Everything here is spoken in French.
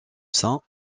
saint